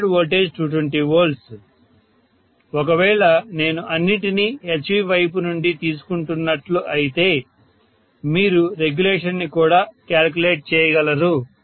rated వోల్టేజ్220 V ఒకవేళ నేను అన్నింటినీ HV వైపు నుండి తీసుకుంటున్నట్లు అయితే మీరు రెగ్యులేషన్ ని కూడా క్యాలిక్యులేట్ చేయగలరు